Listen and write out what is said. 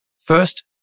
first